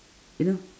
you know